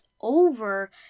over